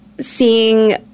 seeing